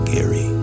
Gary